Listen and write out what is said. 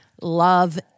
love